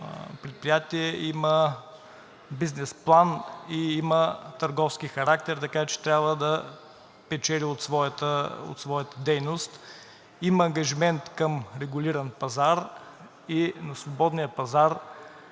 предприятие, има бизнес план и има търговски характер, така че трябва да печели от своята дейност. Има ангажимент към регулиран пазар и на свободния пазар